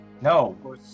No